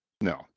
No